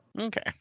Okay